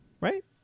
right